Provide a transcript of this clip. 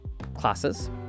classes